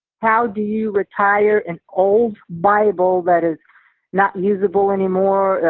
how do you retire an old bible that is not usable anymore,